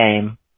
game